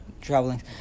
traveling